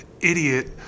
idiot